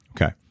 okay